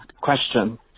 Question